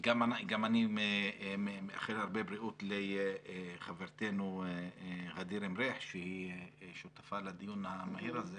גם אני מאחל הרבה בריאות לחברתנו ע'דיר מריח שהיא שותפה לדיון המהיר הזה